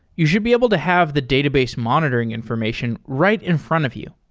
you should be able to have the database monitoring information right in front of you.